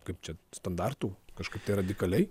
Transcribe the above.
kaip čia standartų kažkaip tai radikaliai